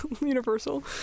universal